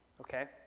Okay